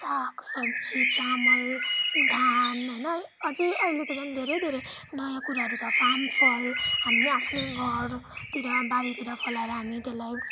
साग सब्जी चामल धान होइन अझै अहिले त झन धेरै धेरै नयाँ कुराहरू छ फामफल हामी आफ्नै घरतिर बारीतिर फलाएर हामी त्यसलाई